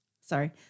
Sorry